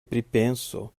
pripenso